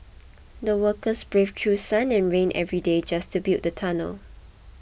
the workers braved through sun and rain every day just to build the tunnel